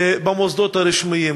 במוסדות הרשמיים.